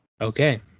Okay